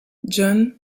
john